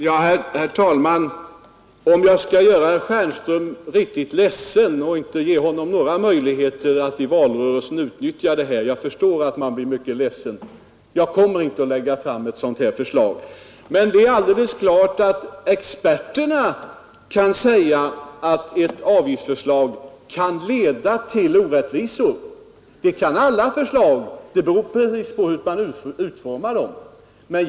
Herr talman! Jag skall göra herr Stjernström riktigt ledsen och inte ge honom några möjligheter att i valrörelsen utnyttja denna fråga: Jag kommer inte att lägga fram ett sådant förslag som utredningen förordat. Det är klart att experterna kan säga att ett avgiftsförslag kan leda till orättvisor. Det kan alla förslag. Det beror på hur man utformar dem.